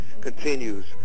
continues